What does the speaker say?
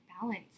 balance